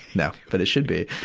no, but it should be.